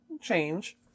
change